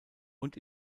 und